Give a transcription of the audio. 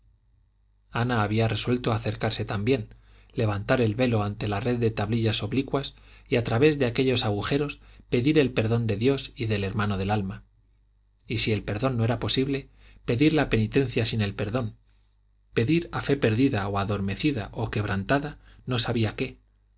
ana había resuelto acercarse también levantar el velo ante la red de tablillas oblicuas y a través de aquellos agujeros pedir el perdón de dios y el del hermano del alma y si el perdón no era posible pedir la penitencia sin el perdón pedir a fe perdida o adormecida o quebrantada no sabía qué